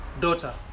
daughter